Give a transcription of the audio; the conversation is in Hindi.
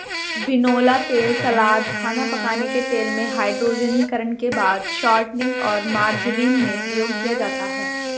बिनौला तेल सलाद, खाना पकाने के तेल में, हाइड्रोजनीकरण के बाद शॉर्टनिंग और मार्जरीन में प्रयोग किया जाता है